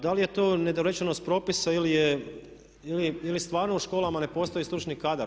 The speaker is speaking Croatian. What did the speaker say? Da li je to nedorečenost propisa ili stvarno u školama ne postoji stručni kadar?